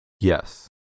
Yes